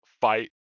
fight